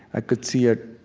i could see it